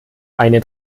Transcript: eine